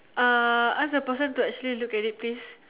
uh ask the person to actually look at it please